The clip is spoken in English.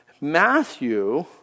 Matthew